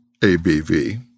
ABV